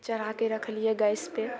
चढ़ाके रखलियै गैसपर